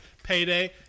Payday